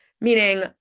Meaning